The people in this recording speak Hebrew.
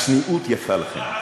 הצניעות יפה לכם.